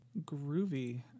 Groovy